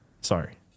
Sorry